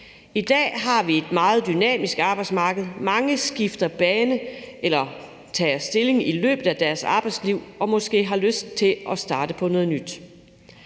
I dag har vi et meget dynamisk arbejdsmarked. Mange skifter bane eller tager stilling i løbet af deres arbejdsliv og har måske lyst til at starte på noget nyt.